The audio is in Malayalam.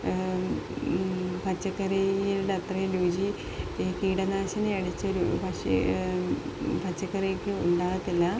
പച്ചക്കറിയുടെയത്രയും രുചി ഈ കീടനാശിനിയടിച്ച ഒരു പച്ചക്കറിക്കുണ്ടാകില്ല